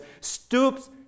stoops